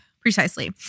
Precisely